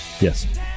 yes